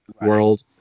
world